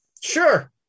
Sure